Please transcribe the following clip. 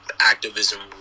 activism